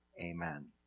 Amen